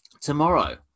tomorrow